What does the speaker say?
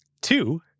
Two